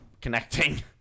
connecting